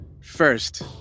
First